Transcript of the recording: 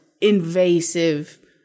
invasive